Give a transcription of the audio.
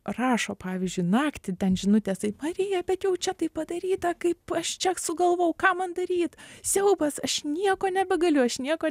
rašo pavyzdžiui naktį ten žinutės marija bet jau čia taip padaryta kaip aš čia sugalvojau ką man daryt siaubas aš nieko nebegaliu aš nieko